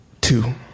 Two